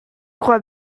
crois